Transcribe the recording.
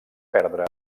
perdre